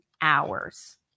hours